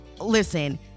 Listen